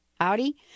Howdy